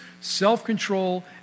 self-control